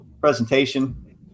presentation